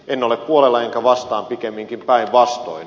en ole puolella enkä vastaan pikemminkin päinvastoin